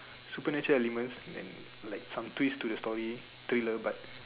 supernatural elements and like some twist to the story thriller but